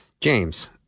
James